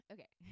Okay